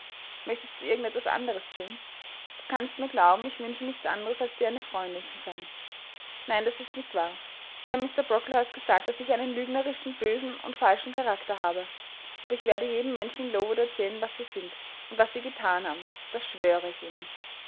möchtest du irgend etwas anderes jane du kannst mir glauben ich wünsche nichts anderes als dir eine freundin zu sein nein das ist nicht wahr sie haben mr brocklehurst gesagt daß ich einen lügnerischen bösen und falschen charakter habe aber ich werde jedem menschen in lowood erzählen was sie sind und was sie gethan haben das schwöre ich ihnen